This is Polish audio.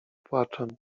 płaczem